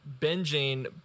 binging